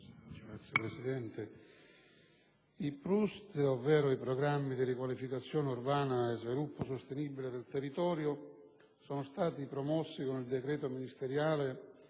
infrastrutture*. I PRUSST, ovvero i Programmi di riqualificazione urbana e sviluppo sostenibile del territorio, sono stati promossi con il decreto ministeriale